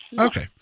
Okay